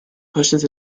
pushes